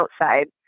outside